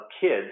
kids